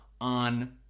on